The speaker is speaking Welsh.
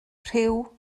rhyw